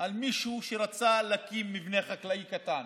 על מישהו שרצה להקים מבנה חקלאי קטן,